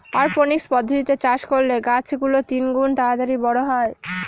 অরপনিক্স পদ্ধতিতে চাষ করলে গাছ গুলো তিনগুন তাড়াতাড়ি বড়ো হয়